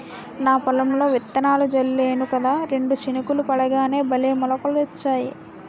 నా పొలంలో విత్తనాలు జల్లేను కదా రెండు చినుకులు పడగానే భలే మొలకలొచ్చాయి